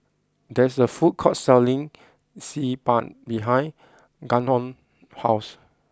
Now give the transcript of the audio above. there is a food court selling Xi Ban behind Gannon house